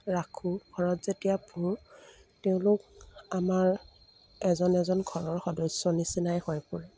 ৰাখোঁ ঘৰত যেতিয়া পুহো তেওঁলোক আমাৰ এজন এজন ঘৰৰ সদস্য নিচিনাই হৈ পৰে